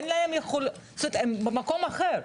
ואין להם מקום אחר.